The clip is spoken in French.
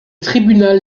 tribunal